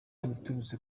biturutse